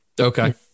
Okay